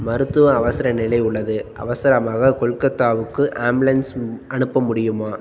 மருத்துவ அவசரநிலை உள்ளது அவசரமாக கொல்கத்தாவுக்கு ஆம்புலன்ஸ் அனுப்ப முடியுமா